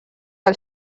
del